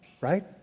right